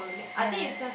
ya